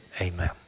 Amen